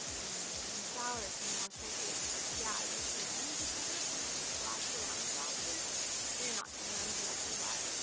and they're like, can i shower, can i wash my face? yeah, you can. just make it a point to splash around your lashes so you're not getting them directly wet.